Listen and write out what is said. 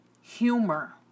humor